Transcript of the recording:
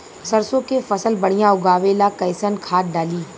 सरसों के फसल बढ़िया उगावे ला कैसन खाद डाली?